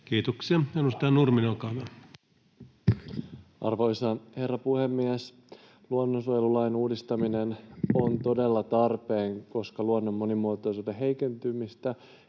muuttamisesta Time: 23:46 Content: Arvoisa herra puhemies! Luonnonsuojelulain uudistaminen on todella tarpeen, koska luonnon monimuotoisuuden heikentymistä